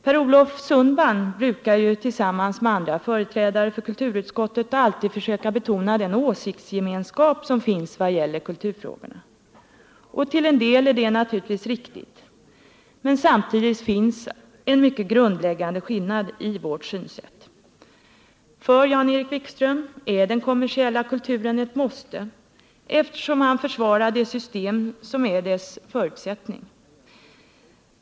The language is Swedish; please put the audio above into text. P. O. Sundman brukar ju tillsammans med andra företrädare för kulturutskottet alltid försöka betona den åsiktsgemenskap som finns i vad gäller kulturfrågorna. Till en del är detta naturligtvis riktigt, men samtidigt finns en mycket grundläggande skillnad i vårt synsätt. För Jan-Erik Wikström är den kommersiella kulturen ett måste, eftersom han försvarar det system som är dess förutsättning.